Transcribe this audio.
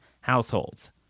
households